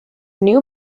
new